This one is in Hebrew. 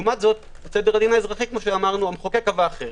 לעומת זאת בסדר הדין האזרחי המחוקק קבע אחרת,